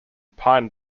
pine